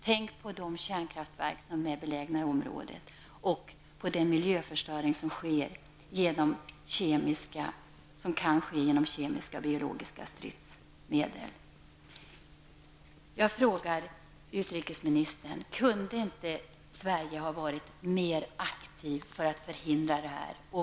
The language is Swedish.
Tänk på de kärnkraftverk som är belägna i området och på den miljöförstöring som kan ske genom kemiska och biologiska stridsmedel! Jag frågar utrikesministern: Kunde inte Sverige ha varit mer aktivt för att förhindra detta?